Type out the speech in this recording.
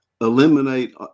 eliminate